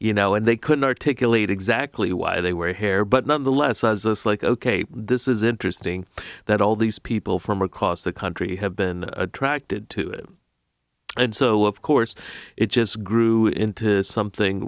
you know and they couldn't articulate exactly why they were hair but nonetheless i was us like ok this is interesting that all these people from across the country have been attracted to it and so of course it just grew into something